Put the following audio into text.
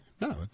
No